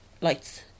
lights